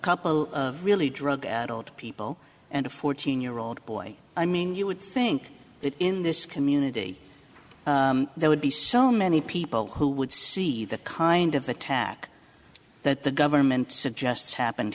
couple really drug addled people and a fourteen year old boy i mean you would think that in this community there would be so many people who would see that kind of attack that the government suggests happened